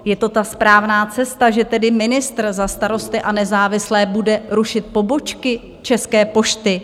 Je to ta správná cesta, že tedy ministr za Starosty a nezávislé bude rušit pobočky České pošty?